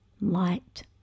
light